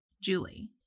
Julie